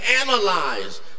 analyze